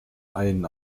einen